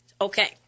Okay